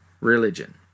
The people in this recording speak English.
religion